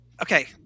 Okay